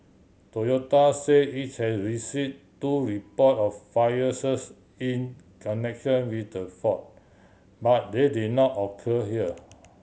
Toyota say it's has receive two report of fires in connection with the fault but they did not occur here